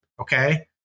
okay